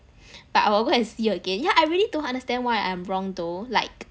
but I will go and see again yeah I really don't understand why I'm wrong though like